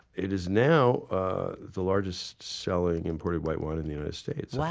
it is now the largest-selling, imported white wine in the united states.